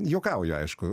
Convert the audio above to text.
juokauju aišku